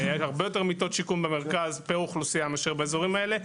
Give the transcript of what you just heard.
הרבה יותר מיטות שיקום במרכז פר אוכלוסייה מאשר באזורים האלה.